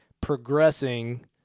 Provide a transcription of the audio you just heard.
progressing